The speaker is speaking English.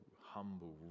humble